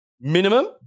minimum